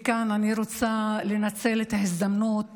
וכאן אני רוצה לנצל את ההזדמנות